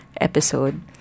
episode